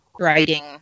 writing